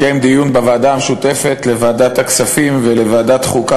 התקיים דיון בוועדה המשותפת לוועדת הכספים ולוועדת החוקה,